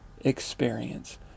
experience